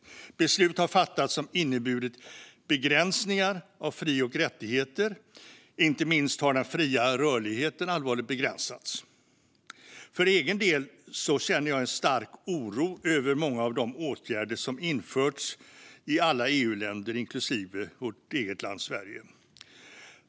Beslut har fattats som inneburit begränsningar av fri och rättigheter. Inte minst har den fria rörligheten allvarligt begränsats. För egen del känner jag en stark oro över många av de åtgärder som införts i alla EU-länder inklusive vårt eget land, Sverige.